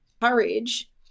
courage